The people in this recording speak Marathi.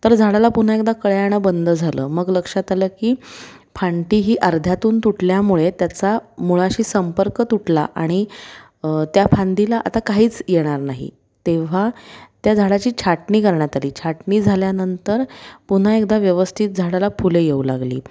तर झाडाला पुन्हा एकदा कळ्या येणं बंद झालं मग लक्षात आलं की फांदी ही अर्ध्यातून तुटल्यामुळे त्याचा मुळाशी संपर्क तुटला आणि त्या फांदीला आता काहीच येणार नाही तेव्हा त्या झाडाची छाटणी करण्यात आली छाटणी झाल्यानंतर पुन्हा एकदा व्यवस्थित झाडाला फुलं येऊ लागली